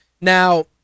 Now